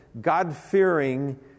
God-fearing